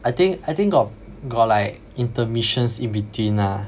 I think I think got got like intermissions in-between lah